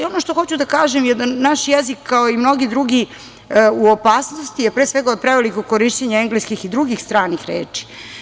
Ono što hoću da kažem, naš jezik, kao mnogi drugi u opasnosti je, pre svega, od prevelikog korišćenja engleskih i drugih stranih reči.